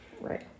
Right